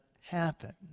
happen